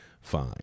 fine